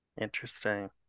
Interesting